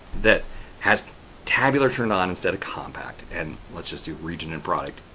that has tabular turned on instead of compact. and let's just do region and product.